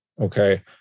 okay